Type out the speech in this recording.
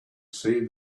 see